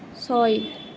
ছয়